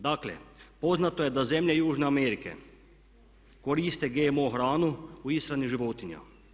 Dakle, poznato je da zemlje Južne Amerike koriste GMO hranu u ishrani životinja.